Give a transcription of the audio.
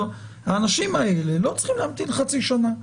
האנשים האלה לא צריכים להמתין חצי שנה.